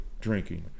drinking